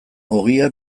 ogia